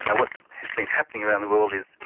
and what has been happening around the world is,